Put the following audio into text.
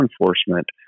enforcement